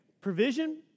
Provision